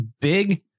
big